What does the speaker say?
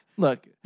Look